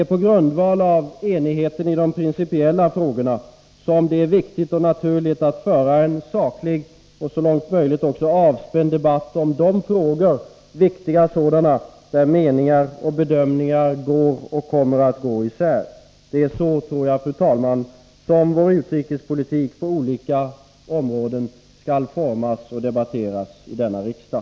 Men på grundval av enigheten i de principiella frågorna är det viktigt och naturligt att vi för en saklig och så långt möjligt avspänd debatt om de frågor — viktiga sådana — där våra meningar och bedömningar går och kommer att gå isär. Det är så, fru talman, vår utrikespolitik på olika områden skall debatteras och formas i denna riksdag.